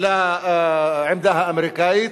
לעמדה האמריקנית.